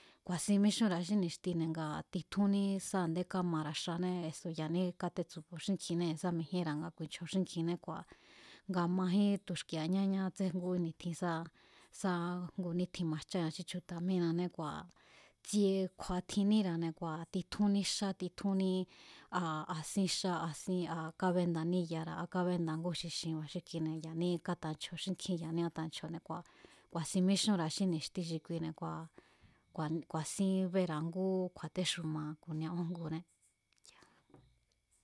Ku̱a̱sin míxúnra̱a xí ni̱xtine̱ ngaa̱ titjúnní sá a̱ndé kamara̱ xané eso̱ ya̱ní kátétsu̱bo̱o̱ xínkjinée̱ sá mijíénra̱ nga ku̱i̱nchjo̱o̱ xínkjinné kua̱ nga majín tu̱xtki̱e̱a ñáñá tsé ngujín ni̱tjin sá sá ngu nítjin majcháa xí chju̱ta̱ mínane kua̱ tsíé kju̱a̱ tjiníra̱ne̱ kua̱ titjúní xa titjúnní a a sín xá a sín a kábénda ní'yara̱ a kábenda ngú xi xi̱inba̱ xi kine̱ ya̱ní kátanchjo̱o̱ xínkji ya̱ní kátanchjo̱o̱ne̱, ku̱a̱sin míxúnra̱a xí ni̱xtine̱ kua̱ ku̱a̱sín béra̱a ngú kju̱a̱téxuma ku̱nia újnguné.